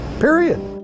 period